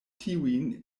tiujn